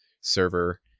server